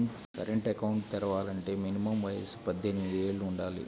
current account తెరవాలంటే minimum వయసు పద్దెనిమిది యేళ్ళు వుండాలి